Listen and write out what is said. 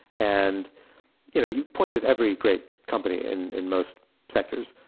and you know you pointed every great company in in most sectors.